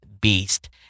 beast